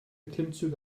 klimmzüge